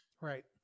Right